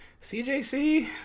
CJC